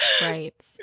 right